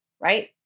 right